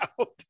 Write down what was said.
out